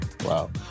wow